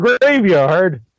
Graveyard